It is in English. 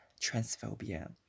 transphobia